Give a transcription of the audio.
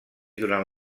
durant